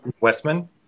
Westman